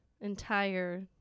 entire